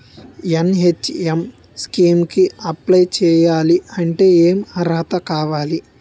NHM scheme కి apply చేయాలి అంటే ఏ అర్హత కావాలి?